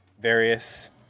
various